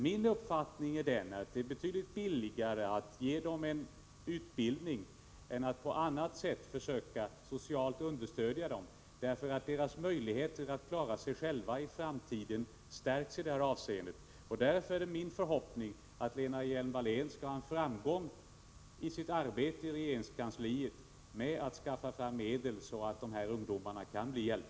Min uppfattning är dock att det är betydligt billigare att ge ungdomarna utbildning än att på annat sätt försöka ge dem socialt understöd. Deras möjligheter att klara sig själva i framtiden skulle därmed bli större. Därför är det min förhoppning att Lena Hjelm-Wallén kommer att ha framgång i sitt arbete i regeringskansliet när det gäller att skaffa fram medel, så att de här ungdomarna kan få hjälp.